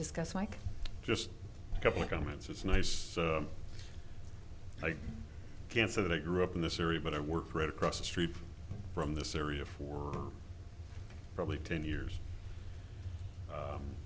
discussed like just a couple of comments it's nice and i can say that i grew up in this area but i worked right across the street from this area for probably ten years